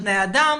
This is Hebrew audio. בני אדם,